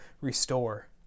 restore